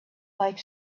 like